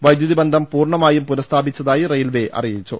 വൈദ്യുതി ബന്ധം പൂർണ്ണമായും പുനഃസ്ഥാപിച്ചതായി റെയിൽവെ അറിയി ച്ചു